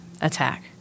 attack